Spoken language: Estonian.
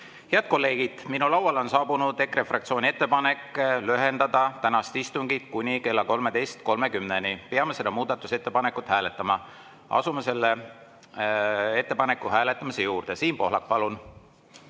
Head kolleegid, minu lauale on saabunud EKRE fraktsiooni ettepanek lühendada tänast istungit kuni kella 13.30‑ni. Peame seda muudatusettepanekut hääletama. Asume selle ettepaneku hääletamise juurde. Siim Pohlak, palun!